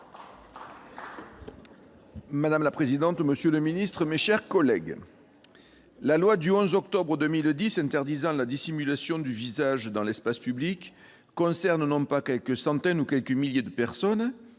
Madame la présidente, monsieur le secrétaire d'État, mes chers collègues, la loi du 11 octobre 2010 interdisant la dissimulation du visage dans l'espace public concerne non pas quelques centaines ou quelques milliers de personnes,